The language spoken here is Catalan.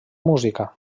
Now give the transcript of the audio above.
música